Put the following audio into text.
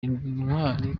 intwari